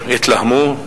התלהמו,